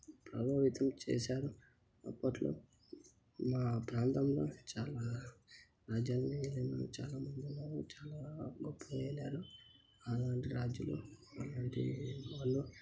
ప్రభావితం చేశారు అప్పట్లో మా ప్రాంతంలో చాలా రాజ్యాల్ని ఏలిన చాలా మందున్నారు చాలా గొప్పగా ఏలారు అలాంటి రాజులు అలాంటి వాళ్ళు